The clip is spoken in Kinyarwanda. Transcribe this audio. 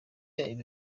iba